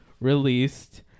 released